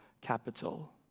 capital